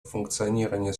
функционирования